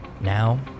Now